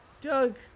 Doug